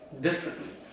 differently